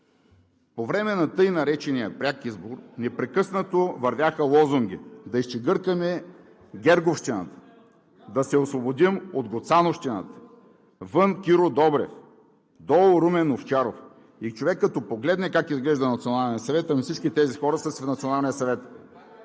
„По време на тъй наречения пряк избор непрекъснато вървяха лозунги: „Да изчегъртаме герговщината“, „Да се освободим от гоцановщината“, „Вън Киро Добрев“, „Долу Румен Овчаров“, и човек, като погледне как изглежда Националният съвет, ами всички тези хора са си в Националния съвет.